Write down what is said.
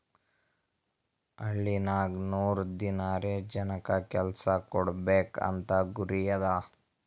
ಹಳ್ಳಿನಾಗ್ ನೂರ್ ದಿನಾರೆ ಜನಕ್ ಕೆಲ್ಸಾ ಕೊಡ್ಬೇಕ್ ಅಂತ ಗುರಿ ಅದಾ